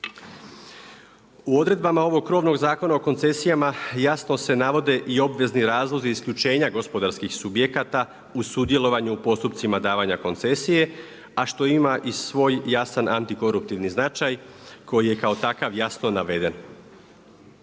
U odredbama ovog krovnog Zakona o koncesijama jasno se navode i obvezni razlozi isključenja gospodarskih subjekata u sudjelovanju u postupcima davanja koncesije, a što ima i svoj jasan antikoruptivni značaj koji je kao takav jasno naveden.